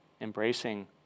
Embracing